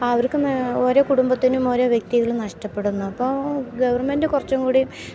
അവർക്ക് ഓരോ കുടുംബത്തിനും ഓരോ വ്യക്തികളും നഷ്ടപ്പെടുന്നു അപ്പോൾ ഗവർമെൻ്റ് കുറച്ചുകൂടിയും